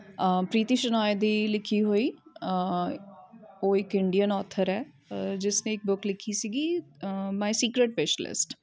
ਪ੍ਰੀਤੀ ਸ਼ੋਨਾਇ ਦੀ ਲਿਖੀ ਹੋਈ ਉਹ ਇੱਕ ਇੰਡੀਅਨ ਔਥਰ ਹੈ ਜਿਸਨੇ ਇੱਕ ਬੁੱਕ ਲਿਖੀ ਸੀਗੀ ਮਾਈ ਸੀਕਰੇਟ ਵਿਸ਼ ਲਿਸਟ